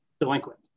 delinquent